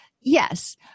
Yes